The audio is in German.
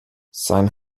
sein